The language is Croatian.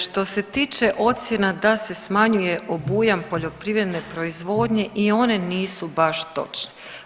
Što se tiče ocjena da se smanjuje obujam poljoprivredne proizvodnje i one nisu baš točne.